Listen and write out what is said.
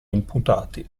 imputati